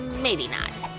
maybe not.